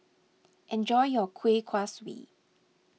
enjoy your Kueh Kaswi